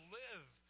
live